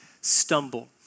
stumble